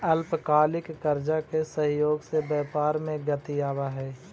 अल्पकालिक कर्जा के सहयोग से व्यापार में गति आवऽ हई